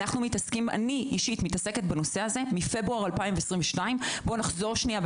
אני אישית מתעסקת בנושא הזה מפברואר 2022. נחזור שנייה,